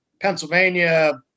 Pennsylvania